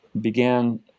began